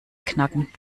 knacken